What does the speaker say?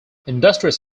industries